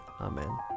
Amen